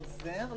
נכון?